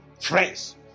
friends